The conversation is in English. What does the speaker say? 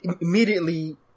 immediately